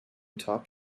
top